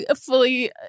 fully